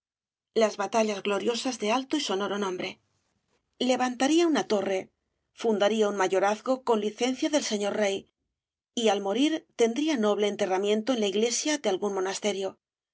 las batallas gloriosas de alto y sonoro nombre levantaría una torre fundaría un mayorazgo con licencia del señor rey y al morir tendría noble encerramiento en la iglesia de algún monasterio